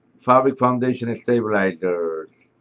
fabric foundation and stabilizers.